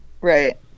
Right